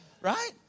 right